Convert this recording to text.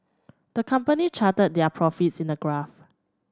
the company charted their profits in a graph